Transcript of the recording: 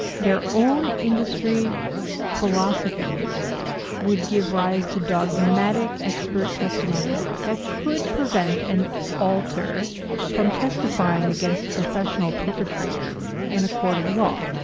their own industry philosophies would give rise to dogmatic expert testimony that could prevent an alter from testifying against a professional perpetrator in a court of law.